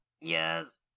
Yes